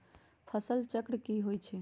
फसल चक्र की होई छै?